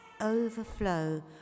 overflow